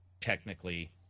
technically